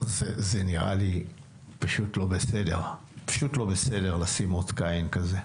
זה נראה לי פשוט לא בסדר, לשים אות קין כזה.